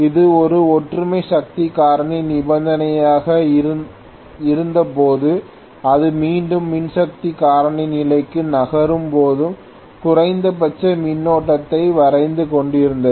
இது ஒரு ஒற்றுமை சக்தி காரணி நிபந்தனையாக இருந்தபோது அது மீண்டும் மின்சக்தி காரணி நிலைக்கு நகரும் போது குறைந்தபட்ச மின்னோட்டத்தை வரைந்து கொண்டிருந்தது